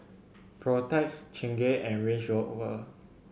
Protex Chingay and Range Rover